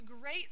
great